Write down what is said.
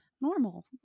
normal